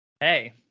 Hey